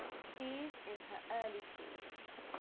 she's in her early teens.